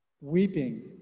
weeping